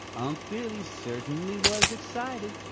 unc' billy certainly was excited.